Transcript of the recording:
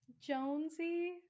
Jonesy